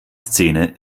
szene